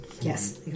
Yes